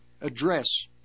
address